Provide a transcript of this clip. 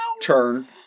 turn